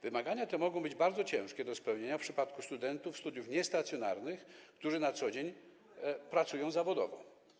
Wymagania te mogą być bardzo ciężkie do spełnienia w przypadku studentów studiów niestacjonarnych, którzy na co dzień pracują zawodowo.